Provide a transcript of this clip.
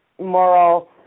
moral